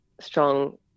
strong